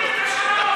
בית-קברות לשלום.